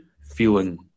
feeling